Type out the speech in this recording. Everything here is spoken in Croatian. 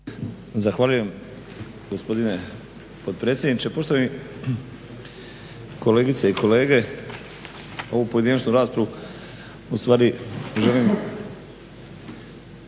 Zahvaljujem gospodine potpredsjedniče. Poštovani kolegice i kolege, ovu pojedinačnu raspravu u stvari želim